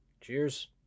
Cheers